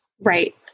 right